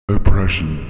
Oppression